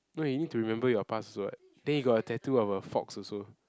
no you need to remember your past also what then he got a tattoo of a fox also